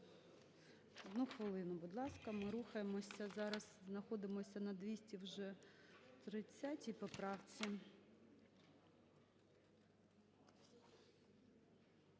Одну хвилину, будь ласка. Ми рухаємося. Зараз знаходимося на 230-й вже поправці.